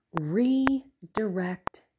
redirect